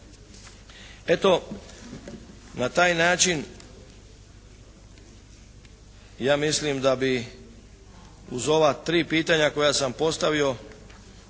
Eto, na taj način ja mislim da bi uz ova tri pitanja koja sam postavio,